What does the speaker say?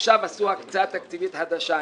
עכשיו עשו הקצאה תקציבית חדשה.